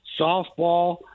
softball